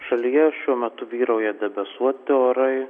šalyje šiuo metu vyrauja debesuoti orai